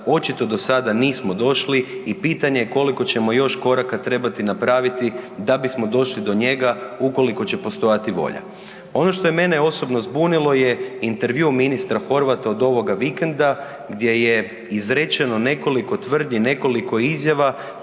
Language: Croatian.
očito do sada nismo došli i pitanje je koliko ćemo još koraka trebati napraviti da bismo došli do njega ukoliko će postojati volja. Ono što je mene osobno zbunilo je intervju ministra Horvata od ovoga vikenda gdje je izrečeno nekoliko tvrdnji, nekoliko izjava